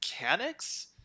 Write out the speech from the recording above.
mechanics